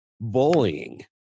bullying